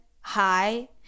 hi